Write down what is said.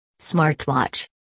Smartwatch